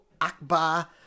Akbar